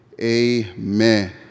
amen